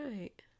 Right